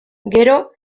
gero